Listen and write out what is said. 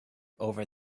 over